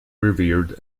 revered